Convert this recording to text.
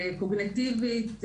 קוגניטיבית,